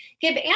give